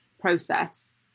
process